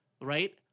right